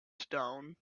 stone